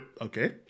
Okay